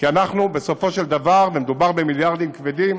כי בסופו של דבר, ומדובר במיליארדים כבדים,